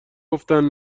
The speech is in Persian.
گفتن